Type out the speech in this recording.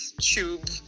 tube